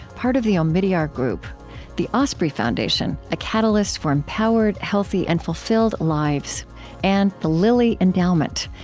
part of the omidyar group the osprey foundation a catalyst for empowered, healthy, and fulfilled lives and the lilly endowment,